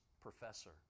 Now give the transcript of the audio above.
professor